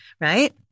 Right